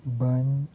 ᱵᱟᱹᱧ